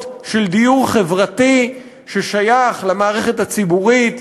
של דיור חברתי ששייך למערכת הציבורית,